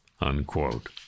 unquote